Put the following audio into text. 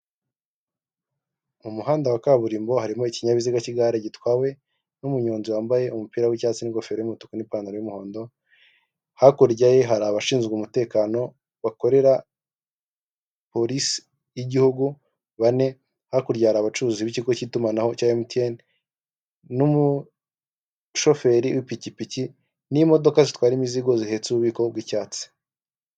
Mu muhanda wa Kaburimbo harimo ikinyabiziga cy'igare gitwawe n'umuyonzi wambaye umupira w'icyatsi n'ingofero y'umutuku n'ipantaro'umuhondo, hakurya ye hari abashinzwe umutekano bakorera polisi y'igihugu bane, hakurya abacuruzi b'iki cy'itumanaho cya emutiyene n'umushoferi w'ipikipiki n'imodoka zitwara imizigo zihetse ububiko bwi'cyatsi.